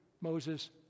Moses